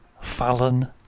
Fallon